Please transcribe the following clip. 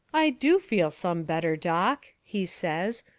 i do feel some better, doc, he says,